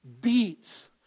beats